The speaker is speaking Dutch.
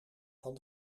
van